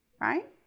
right